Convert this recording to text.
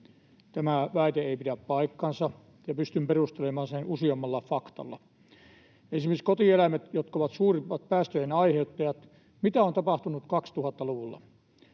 Tämä väite ei pidä paikkaansa, ja pystyn perustelemaan sen useammalla faktalla. Esimerkiksi kotieläimet, jotka ovat suurimmat päästöjen aiheuttajat — mitä on tapahtunut 2000-luvulla?